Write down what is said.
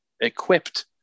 equipped